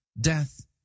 Death